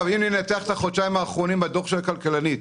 אם ננתח את החודשיים האחרונים בדוח של הכלכלנית,